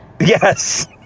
Yes